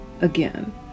again